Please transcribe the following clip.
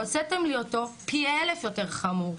הוצאתם לי אותו פי אלף יותר חמור.